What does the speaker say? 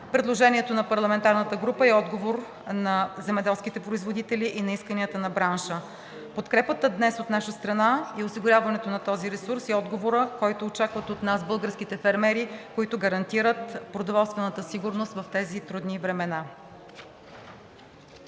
Предложението на парламентарната група е отговор на земеделските производители и на исканията на бранша. Подкрепата днес от наша страна и осигуряването на този ресурс е отговорът, който очакват от нас българските фермери, които гарантират продоволствената сигурност в тези трудни времена.